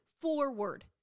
forward